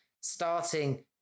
starting